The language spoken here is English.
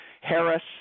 Harris